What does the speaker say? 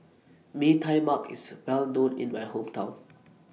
Mee Tai Mak IS Well known in My Hometown